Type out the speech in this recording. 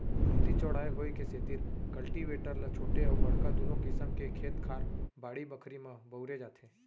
कमती चौड़ाई होय के सेतिर कल्टीवेटर ल छोटे अउ बड़का दुनों किसम के खेत खार, बाड़ी बखरी म बउरे जाथे